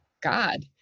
God